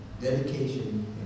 dedication